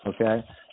Okay